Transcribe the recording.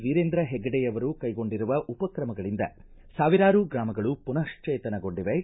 ವೀರೇಂದ್ರ ಹೆಗ್ಗಡೆ ಯವರು ಕೈಗೊಂಡಿರುವ ಉಪಕ್ರಮಗಳಿಂದ ಸಾವಿರಾರು ಗ್ರಾಮಗಳು ಪುನಃಶ್ವೇತನ ಗೊಂಡಿವೆ